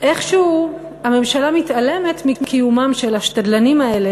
איכשהו הממשלה מתעלמת מקיומם של השתדלנים האלה